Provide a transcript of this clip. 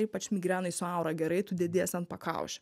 ypač migrenai su aura gerai tu dediesi ant pakaušio